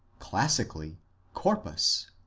classi cally corpus,